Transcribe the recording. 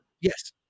Yes